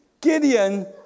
Gideon